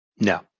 no